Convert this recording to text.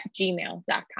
gmail.com